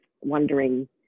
wondering